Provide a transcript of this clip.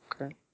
Okay